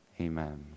amen